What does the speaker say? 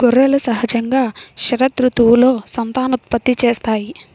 గొర్రెలు సహజంగా శరదృతువులో సంతానోత్పత్తి చేస్తాయి